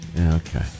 Okay